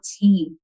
team